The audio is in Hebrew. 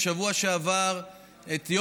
תודה.